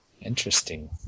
Interesting